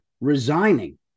resigning